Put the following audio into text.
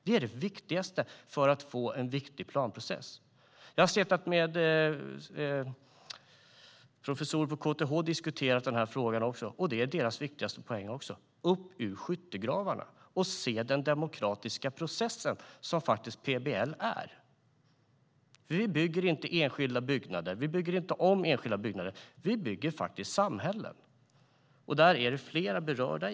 Det är det viktigaste för att få en riktig planprocess. Jag har suttit och diskuterat den här frågan med professorer på KTH. Detta är deras viktigaste poäng också: Man måste upp ur skyttegravarna och se den demokratiska process som PBL faktiskt är. Vi bygger inte och bygger inte om enskilda byggnader, utan vi bygger samhällen. Där finns det flera berörda.